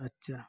अच्छा